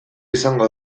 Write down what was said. izango